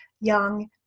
Young